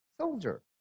soldier